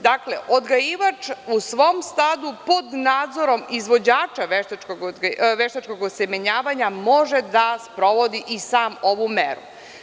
Dakle, odgajivač u svom stadu pod nadzorom izvođača veštačkog osemenjavanja može da sprovodi i sam ovu meru.